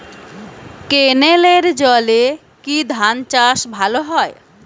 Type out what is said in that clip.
ক্যেনেলের জলে কি ধানচাষ ভালো হয়?